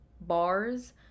bars